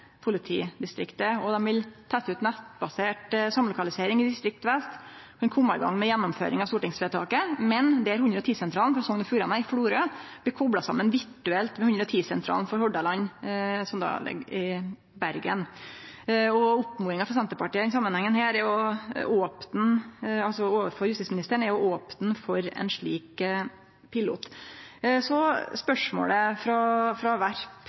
politidistriktet. Dei vil teste ut nettbasert samlokalisering i Vest politidistrikt for å kome i gang med gjennomføringa av stortingsvedtaket, men der 110-sentralen for Sogn og Fjordane i Florø blir kopla saman virtuelt med 110-sentralen for Hordaland som ligg i Bergen. Oppmodinga frå Senterpartiet til justisministeren i denne samanhengen er å opne for ein slik pilot. Så til spørsmålet frå Werp om samanslåing av domstolar: Det er faktisk eit kjempegodt poeng. Ein